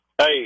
Hey